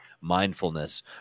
mindfulness